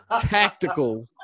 tactical